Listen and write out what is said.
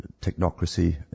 Technocracy